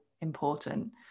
important